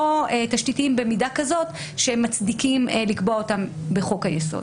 תשתיתיים במידה כזאת שמוצדק לקבוע אותן בחוק היסוד.